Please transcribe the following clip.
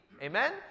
amen